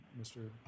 mr